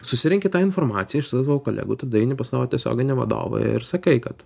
susirenki tą informaciją iš savo kolegų tada eini pas savo tiesioginį vadovą ir sakai kad